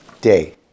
day